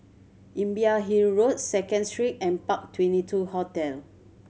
Imbiah Hill Road Second Street and Park Twenty two Hotel